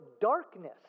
darkness